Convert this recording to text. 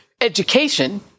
education